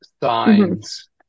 signs